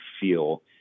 feel